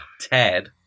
Ted